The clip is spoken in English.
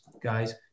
guys